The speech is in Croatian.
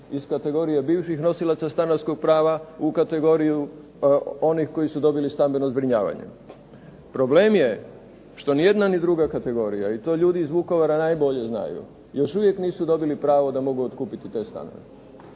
iz kategorije bivših nosilaca stanarskog prava u kategoriju onih koji su dobili stambeno zbrinjavanje. Problem je što nijedna ni druga kategorija, i to ljudi iz Vukovara najbolje znaju, još uvijek nisu dobili pravo da mogu otkupiti te stanove.